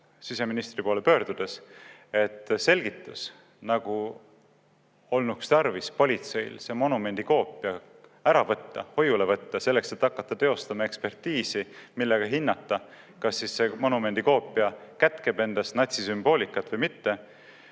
küsimust sõnastasin – ta selgitas, nagu olnuks tarvis politseil see monumendi koopia ära võtta, hoiule võtta, selleks et hakata teostama ekspertiisi, kus hinnata, kas see monumendi koopia kätkeb endas natsisümboolikat või mitte